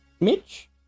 Mitch